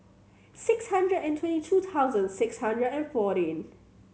six hundred and twenty two thousand six hundred and fourteen